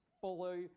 follow